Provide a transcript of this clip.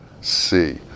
see